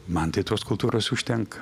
man tai tos kultūros užtenka